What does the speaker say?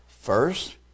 First